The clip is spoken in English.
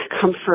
comfort